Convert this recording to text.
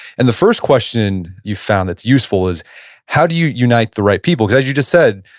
and the first question you found that's useful is how do you unite the right people? cause as you just said,